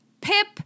Pip